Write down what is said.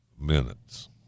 minutes